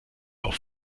auf